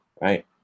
right